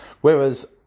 Whereas